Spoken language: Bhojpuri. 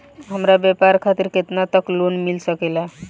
हमरा व्यापार खातिर केतना तक लोन मिल सकेला?